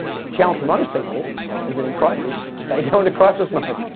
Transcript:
challenge for most people is that in crisis they go into crisis mode.